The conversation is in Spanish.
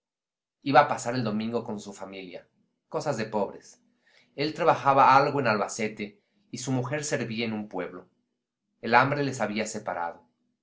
iba a pasar el domingo con su familia cosas de pobres él trabajaba algo en albacete y su mujer servía en un pueblo el hambre les había separado